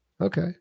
Okay